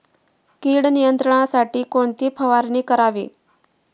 कीड नियंत्रणासाठी कोणती फवारणी करावी?